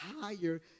higher